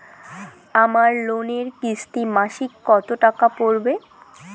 আমার লোনের কিস্তি মাসিক কত টাকা পড়বে?